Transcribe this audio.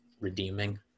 redeeming